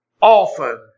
often